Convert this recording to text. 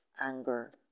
anger